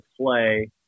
play